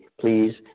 Please